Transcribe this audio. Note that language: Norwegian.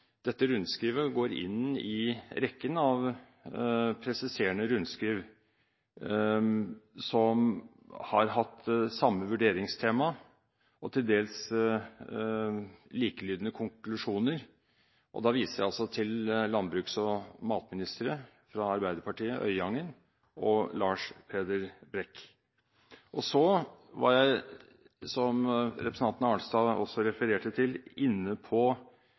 dette rundskrivet går inn i rekken av presiserende rundskriv som har hatt samme vurderingstema og til dels likelydende konklusjoner, og da viser jeg altså til landbruks- og matministre, fra Arbeiderpartiet Gunhild Øyangen, og fra Senterpartiet Lars Peder Brekk. Så var jeg, som representanten Arnstad også refererte til, inne på